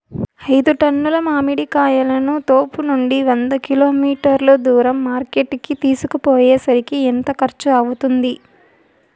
ఐదు టన్నుల మామిడి కాయలను తోపునుండి వంద కిలోమీటర్లు దూరం మార్కెట్ కి తీసుకొనిపోయేకి ఎంత ఖర్చు అవుతుంది?